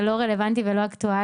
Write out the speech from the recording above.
זה לא רלוונטי ולא אקטואלי.